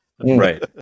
Right